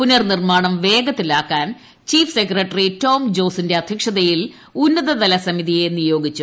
പുനർനിർമാണം വേഗ്രത്തിലാക്കാൻ chief secretary Tom ജോസിന്റെ അധ്യക്ഷതയിൽ ഉന്നതതല സമിതിയെ നിയോഗിച്ചു